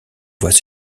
voies